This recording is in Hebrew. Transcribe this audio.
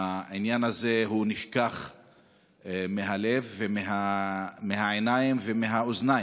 העניין הזה נשכח מהלב, מהעיניים ומהאוזניים.